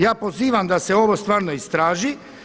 Ja pozivam da se ovo stvarno istraži.